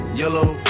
yellow